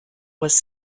was